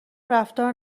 رفتار